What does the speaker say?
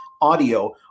Audio